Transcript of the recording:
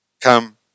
come